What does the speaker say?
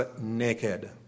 naked